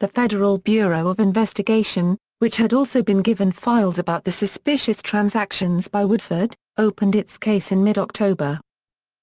the federal bureau of investigation, which had also been given files about the suspicious transactions by woodford, opened its case in mid-october